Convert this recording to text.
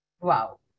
wow